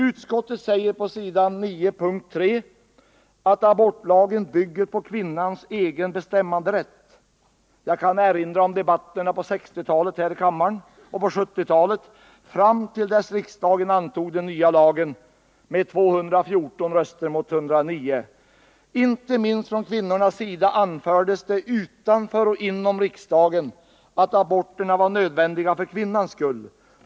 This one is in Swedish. Utskottet säger på s. 9, p. 3, att abortlagen bygger på kvinnans egen bestämmanderätt. Jag kan erinra om debatterna i riksdagen på 1960-talet och 1970-talet fram till dess att den nya lagen antogs med 214 röster mot 109. Inte minst från kvinnornas sida anfördes det utanför och inom riksdagen att aborterna var nödvändiga för kvinnans skull.